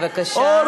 בבקשה.